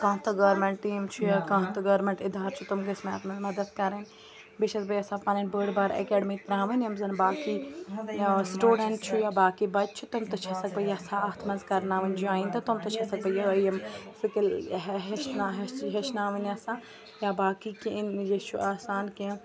کانٛہہ تہِ government team چھُ یا کانٛہہ تہِ گورمٚنٛٹ اِدار چھِ تم گٔژھ مے اَتھ مَنٛز مدد کَرٕنۍ بیٚیہِ چھَس بہٕ یژھان پَنٕنۍ بٔڑ بار ایکیڈمی ترٛاوٕنۍ یِم زَن باقٕے سٹوٗڈَنٹ چھُ یا باقٕے بَچہِ چھِ تم تہِ چھَسَکھ بہٕ یَژھان اَتھ منٛز کَرناوٕنۍ جویِن تہٕ تم تہِ چھَسَکھ بہٕ یِم سِکِل ہیٚچھن ہیٚچھناوٕنۍ یَژھان یا باقٕے کینٛہہ یہِ چھُ آسان کینٛہہ